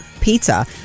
pizza